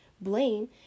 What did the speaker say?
blame